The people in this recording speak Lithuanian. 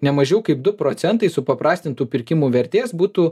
nemažiau kaip du procentai supaprastintų pirkimų vertės būtų